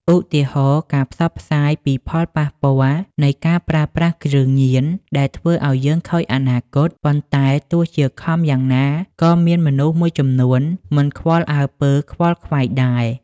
ឧទាហរណ៍៖ ការផ្សព្វផ្សាយពីផលប៉ះពាល់នៃការប្រើប្រាស់គ្រឿងញៀនដែលធ្វើឱ្យយើងខូចអនាគត ប៉ុន្តែទោះជាខំយ៉ាងណាក៏មានមនុស្សមួយចំនួនមិនខ្វល់អើពើ ខ្វល់ខ្វាយដែរ។